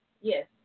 Yes